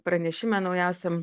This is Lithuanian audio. pranešime naujausiam